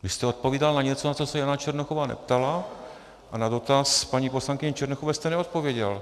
Vy jste odpovídal na něco, na co se Jana Černochová neptala, a na dotaz paní poslankyně Černochové jste neodpověděl.